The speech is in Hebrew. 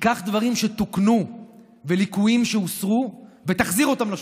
תיקח דברים שתוקנו וליקויים שהוסרו ותחזיר אותם לשולחן.